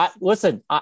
listen